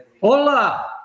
Hola